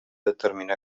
determinar